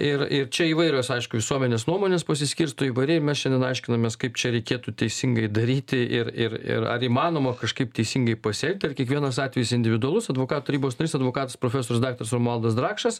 ir ir čia įvairios aišku visuomenės nuomonės pasiskirsto įvairiai mes šiandien aiškinamės kaip čia reikėtų teisingai daryti ir ir ir ar įmanoma kažkaip teisingai pasielgti ar kiekvienas atvejis individualus advokatų tarybos narys advokatas profesorius daktaras romualdas drakšas